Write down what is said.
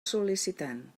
sol·licitant